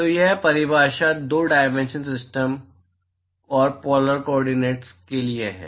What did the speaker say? तो यह परिभाषा 2 डायमेंशनल सिस्टम और पोलर कॉड्रिनेट्स के लिए है